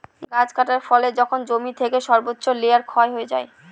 গাছ কাটার ফলে যখন জমি থেকে সর্বোচ্চ লেয়ার ক্ষয় হয়ে যায়